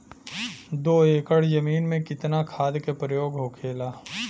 दो एकड़ जमीन में कितना खाद के प्रयोग होखेला?